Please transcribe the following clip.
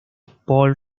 paul